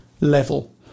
level